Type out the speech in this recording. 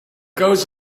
goes